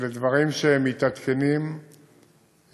שאלה דברים שהם מתעדכנים ומעודכנים.